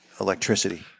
electricity